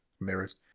Mirrors